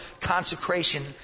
consecration